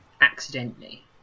Accidentally